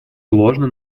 сложно